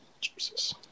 Jesus